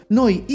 noi